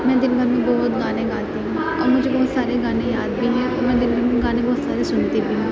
میں دن بھر میں بہت گانے گاتی ہوں اور مجھے بہت سارے گانے یاد بھی ہیں اور میں دن بھر میں گانے بہت سارے سنتی بھی ہوں